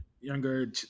younger